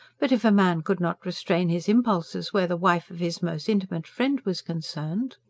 but if a man could not restrain his impulses where the wife of his most intimate friend was concerned.